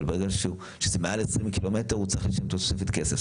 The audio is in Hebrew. אבל ברגע שזה מעל עשרים קילומטר הוא צריך לשלם תוספת כסף,